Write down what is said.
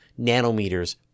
nanometers